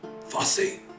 fussy